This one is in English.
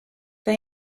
they